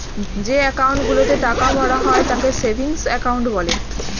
যে অ্যাকাউন্ট গুলোতে টাকা ভরা হয় তাকে সেভিংস অ্যাকাউন্ট বলে